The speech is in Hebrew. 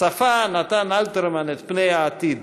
צפה נתן אלתרמן את פני העתיד: